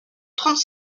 trente